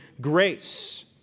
grace